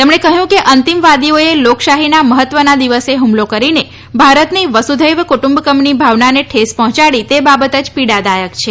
તેમણે કહ્યું કે અંતિમવાદીઓએ લોકશાહીના મહત્વના દિવસે હુમલો કરીને ભારતની વસુઘૈવ કુટુંબકમની ભાવનાને ઠેસ પહોંચાડી તે બાબત જ પીડાદાયક છે